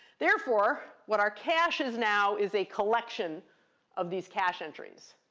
therefore, what our cache is now is a collection of these cache entries.